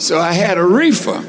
so i had a refund